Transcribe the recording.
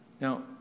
Now